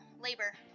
labor